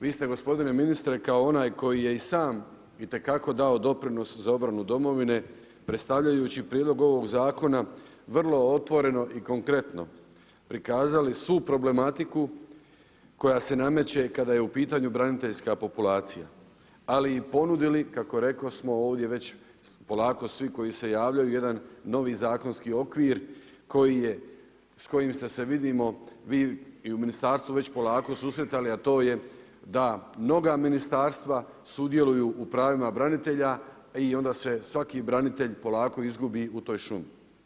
Vi ste gospodine ministre kao onaj koji je i sam itekako dao doprinos za obranu domovine, predstavljajući prijedlog ovog zakona vrlo otvoreno i konkretno, prikazali svu problematiku koja se nameće kada je u pitanju braniteljska populacija, ali i ponudili, kako rekosmo ovdje već polako svi koji se javljaju, jedan novi zakonski okvir s kojim ste se vidimo, vi i u ministarstvu već polako i susretali, a to je da mnoga ministarstva sudjeluju u pravima branitelja i onda se svaki branitelj polako izgubi u toj šumi.